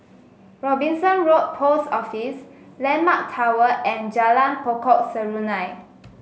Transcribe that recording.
Robinson Road Post Office landmark Tower and Jalan Pokok Serunai